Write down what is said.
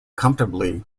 comfortably